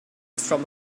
from